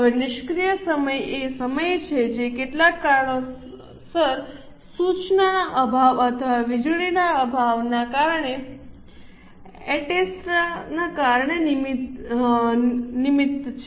હવે નિષ્ક્રિય સમય એ સમય છે જે કેટલાક કારણોસર સૂચનાના અભાવ અથવા વીજળી ના અભાવને એસેટેરાકારણે નિમિત્ત છે